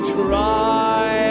try